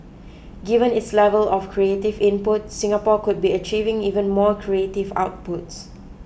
given its level of creative input Singapore could be achieving even more creative outputs